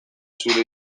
zure